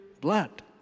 blood